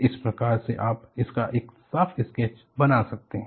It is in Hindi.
इस प्रकार से आप इसका एक साफ स्केच बना सकते हैं